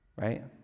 right